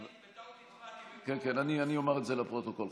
אני בטעות הצבעתי, כן, אני אומר את זה לפרוטוקול.